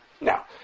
Now